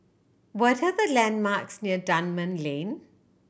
what are the landmarks near Dunman Lane